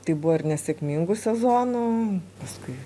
tai buvo ir nesėkmingų sezonų paskui